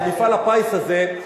מפעל הפיס הזה,